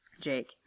Jake